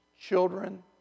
children